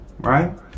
right